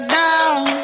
down